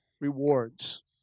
rewards